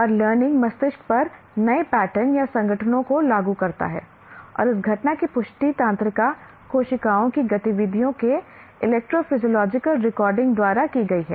और लर्निंग मस्तिष्क पर नए पैटर्न या संगठनों को लागू करता है और इस घटना की पुष्टि तंत्रिका कोशिकाओं की गतिविधि के इलेक्ट्रोफिजियोलॉजिकल रिकॉर्डिंग द्वारा की गई है